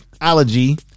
allergy